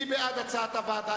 30 בעד,